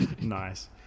Nice